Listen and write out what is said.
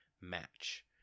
match